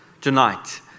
tonight